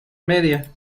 media